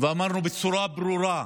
ואמרנו בצורה ברורה,